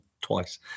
twice